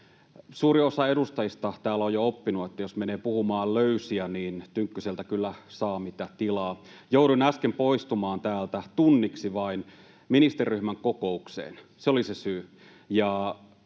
Suuri osa edustajista täällä on jo oppinut, että jos menee puhumaan löysiä, niin Tynkkyseltä kyllä saa, mitä tilaa. Jouduin äsken poistumaan täältä vain tunniksi ministeriryhmän kokoukseen, se oli se syy.